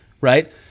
right